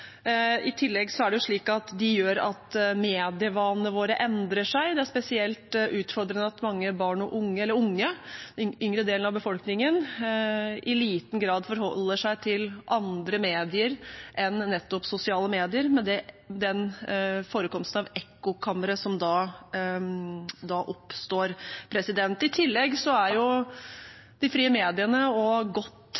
I tillegg er det slik at de gjør at medievanene våre endrer seg. Det er spesielt utfordrende at mange barn og unge – den yngre delen av befolkningen – i liten grad forholder seg til andre medier enn nettopp sosiale medier, med den forekomsten av ekkokamre som da oppstår. I tillegg er